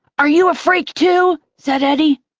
are you a freak, too? said eddie.